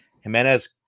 Jimenez